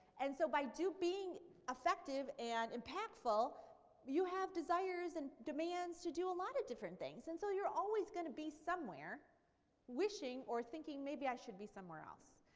and so by being effective and impactful you have desires and demands to do a lot of different things. and so you're always going to be somewhere wishing or thinking maybe i should be somewhere else.